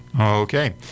okay